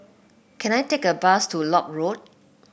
can I take a bus to Lock Road